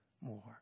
more